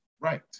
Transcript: Right